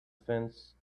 fence